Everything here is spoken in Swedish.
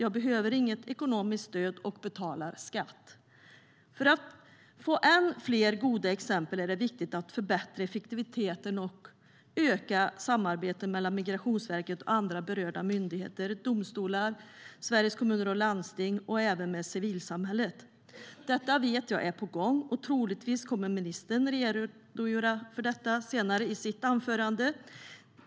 Jag behöver inget ekonomiskt stöd och betalar skatt. För att få än fler goda exempel är det viktigt att förbättra effektiviteten och öka samarbetet mellan Migrationsverket och andra berörda myndigheter såsom domstolar, Sveriges Kommuner och Landsting och även med civilsamhället. Jag vet att detta är på gång, och troligtvis kommer ministern att redogöra för det i sitt anförande senare.